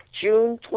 June